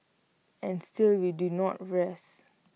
and still we do not rest